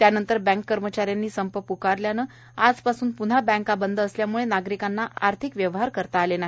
त्यानंतर बँक कर्मचाऱ्यांनी संप प्कारल्याने बँका बंद असल्याम्ळे नागरिकांना आर्थिक व्यवहार करता आले नाही